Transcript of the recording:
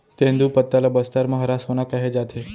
तेंदूपत्ता ल बस्तर म हरा सोना कहे जाथे